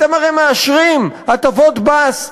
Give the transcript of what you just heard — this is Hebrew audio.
אתם הרי מאשרים הטבות מס.